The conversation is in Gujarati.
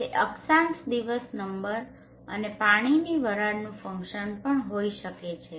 તે અક્ષાંશ દિવસ નંબર અને પાણીની વરાળનું ફંક્શન પણ હોઈ શકે છે